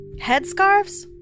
headscarves